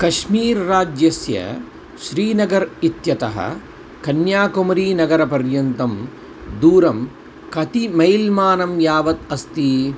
कश्मीरराज्यस्य श्रीनगरं इत्यतः कन्याकुमारीनगरपर्यन्तं दूरं कति मैल् मानं यावत् अस्ति